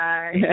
Bye